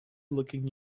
looking